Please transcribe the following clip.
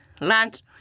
lunch